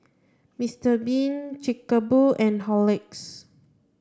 Mister bean Chic a Boo and Horlicks